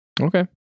Okay